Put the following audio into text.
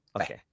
Okay